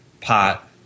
Pot